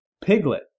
Piglet